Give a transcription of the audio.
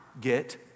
get